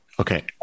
Okay